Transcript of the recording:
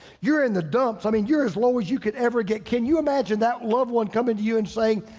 you're in the dumps. i mean, you're as low as you could ever get. can you imagine that loved one coming to you and saying,